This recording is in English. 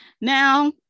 Now